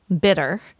bitter